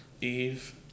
Eve